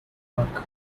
work